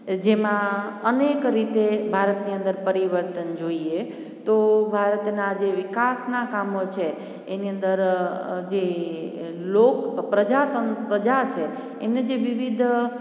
જેમાં અનેક રીતે ભારતની અંદર પરિવર્તન જોઈએ તો ભારતના જે વિકાસના કામો છે એની અંદર જે લોક પ્રજા છે એમને જે વિવિધ